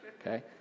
okay